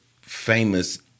famous